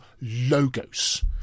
logos